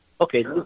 Okay